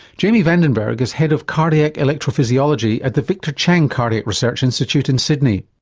jamie vandenberg is head of cardiac electrophysiology at the victor chang cardiac research institute in sydney.